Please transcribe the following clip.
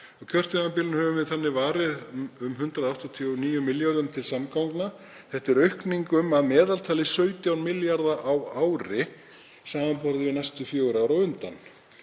kjörtímabilinu höfum við varið 189 milljörðum til samgangna. Þetta er aukning um að meðaltali 17 milljarða á ári samanborið við næstu fjögur ár á undan.